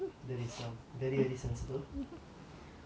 that is some very very sensible